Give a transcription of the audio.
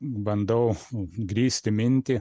bandau grįsti mintį